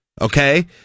Okay